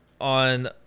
on